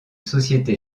société